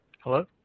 Hello